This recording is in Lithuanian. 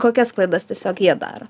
kokias klaidas tiesiog jie daro